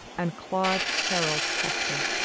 and claude harold hector.